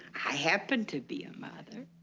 i happen to be a mother.